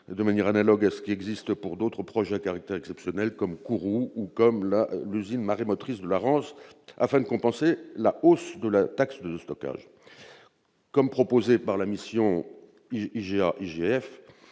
de manière analogue à ce qui existe pour d'autres projets à caractère exceptionnel comme le centre spatial de Kourou ou l'usine marémotrice de la Rance, afin de compenser la hausse de la taxe de stockage. Comme cela a été proposé par la mission IGA-IGF,